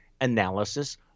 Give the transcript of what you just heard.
analysis